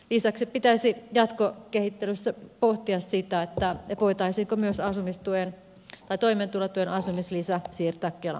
lisäksi pitäisi jatkokehittelyssä pohtia voitaisiinko myös toimeentulotuen asumislisä siirtää kelan maksettavaksi